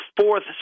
fourth